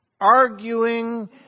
arguing